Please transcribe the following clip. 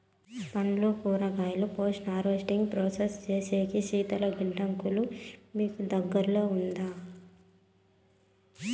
పండ్లు కూరగాయలు post harvesting process సేసేకి శీతల గిడ్డంగులు మీకు దగ్గర్లో ఉందా?